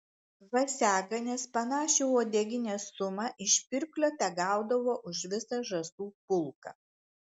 žąsiaganės panašią uodeginės sumą iš pirklio tegaudavo už visą žąsų pulką